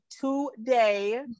today